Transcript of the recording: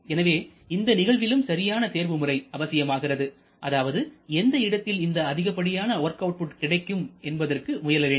எனவே இந்த நிகழ்விலும் சரியான தேர்வுமுறை அவசியமாகிறது அதாவது எந்த நேரத்தில் இந்த அதிகப்படியான வொர்க் அவுட்புட் கிடைக்கும் என்பதற்கு முயல வேண்டும்